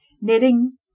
knitting